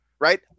right